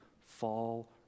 fall